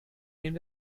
neben